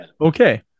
Okay